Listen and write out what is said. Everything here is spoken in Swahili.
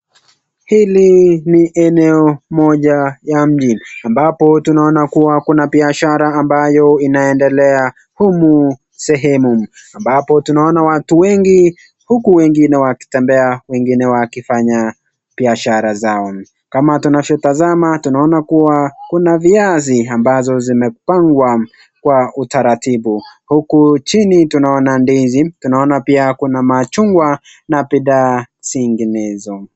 Hili ni eneo moja ya mjini ambapo tunaona kuwa kuna biashara ambayo inaendelea humu sehemu ,ambapo tunaona watu wengi huku wengine wakitembea, wengine wakifanya biashara zao kama tunavyotazama tunaona kuwa kuna viazi ambazo zimepangwa kwa utaratibu, huku chini tunaona ndizi, tunaona pia kuna machungwa na bidhaa zinginezo.